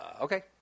Okay